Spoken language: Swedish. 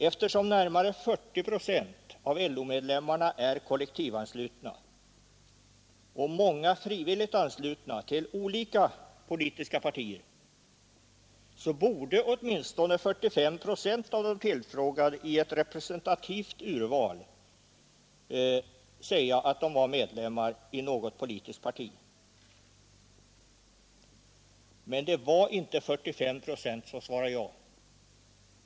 Eftersom närmare 40 procent av LO-medlemmarna är kollektivanslutna och många är frivilligt anslutna till olika politiska partier så borde åtminstone 45 procent av de tillfrågade i ett representativt urval säga att de är medlemmar i något politiskt parti. Men det var inte 45 procent som svarade ja.